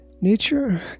Nature